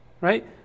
Right